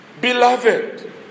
Beloved